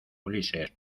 ulises